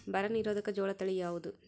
ಬರ ನಿರೋಧಕ ಜೋಳ ತಳಿ ಯಾವುದು?